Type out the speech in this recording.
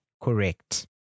correct